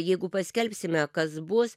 jeigu paskelbsime kas bus